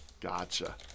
Gotcha